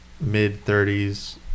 mid-30s